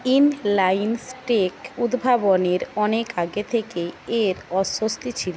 inlines টেক উদ্ভাবনের অনেক আগে থেকেই এর অস্তিত্ব ছিল